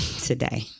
today